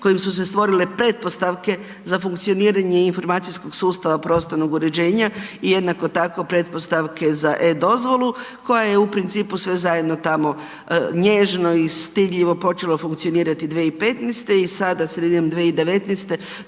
kojim su se stvorile pretpostavke za funkcioniranje informacijskog sustava prostornog uređenja i jednako tako pretpostavke za e-dozvola koja je u principu sve zajedno tamo nježno i stidljivo počelo funkcionirati 2015. i sada sredinom 2019.